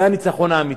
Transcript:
זה הניצחון האמיתי: